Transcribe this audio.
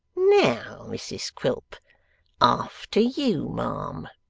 now, mrs quilp after you, ma'am